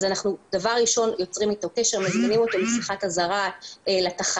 אנחנו דבר ראשון יוצרים אתו קשר מזמינים אותו לשיחת אזהרה בתחנה.